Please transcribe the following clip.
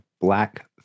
black